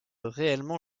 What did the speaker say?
réellement